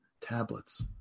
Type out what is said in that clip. tablets